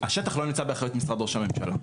השטח לא נמצא באחריות משרד ראש הממשלה,